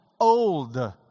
Old